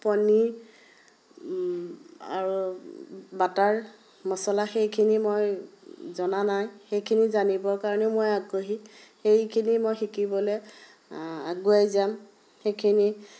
পনীৰ আৰু বাটাৰ মছলা সেইখিনি মই জনা নাই সেইখিনি জানিবৰ কাৰণেও মই আগ্ৰহী সেইখিনি মই শিকিবলৈ আগুৱাই যাম সেইখিনি